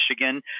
Michigan